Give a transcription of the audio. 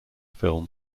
film